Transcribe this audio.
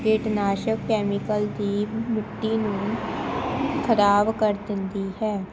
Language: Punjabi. ਕੀਟਨਾਸ਼ਕ ਕੈਮੀਕਲ ਦੀ ਮਿੱਟੀ ਨੂੰ ਖ਼ਰਾਬ ਕਰ ਦਿੰਦੀ ਹੈ